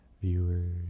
viewers